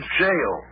jail